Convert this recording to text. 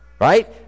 right